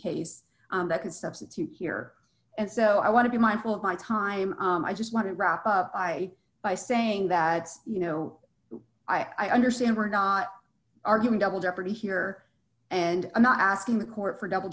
case that could substitute here and so i want to be mindful of my time i just want to wrap up i by saying that you know i understand we're not arguing double jeopardy here and i'm not asking the court for double